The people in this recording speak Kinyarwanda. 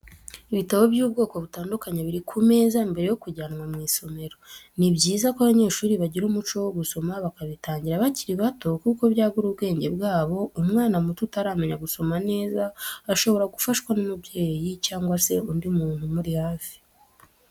Ibitabo by'ubwoko butandukanye biri ku meza mbere yo kujyanwa mu isomero, ni byiza ko abanyeshuri bagira umuco wo gusoma bakabitangira bakiri bato kuko byagura ubwenge bwabo, umwana muto utaramenya gusoma neza ashobora gufashwa n'umubyeyi cyangwa se undi muntu umuri hafi.